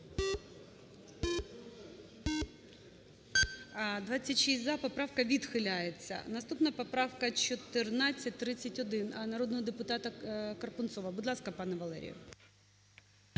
За-26 Поправка відхиляється. Наступна поправка - 1431 народного депутата Карпунцова. Будь ласка, пане Валерію.